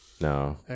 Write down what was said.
No